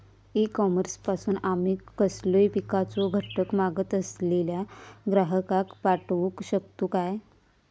E commerce पासून आमी कसलोय पिकाचो घटक मागत असलेल्या ग्राहकाक पाठउक शकतू काय?